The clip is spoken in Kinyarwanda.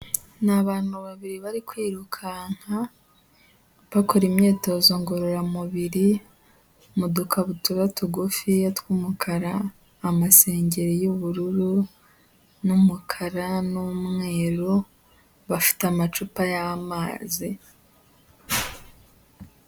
Ni abantu babiri bari kwirukanka, bakora imyitozo ngororamubiri mu dukabutura tugufi tw'umukara, amasengeri y'ubururu n'umukara n'umweru, bafite amacupa y'amazi.